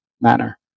manner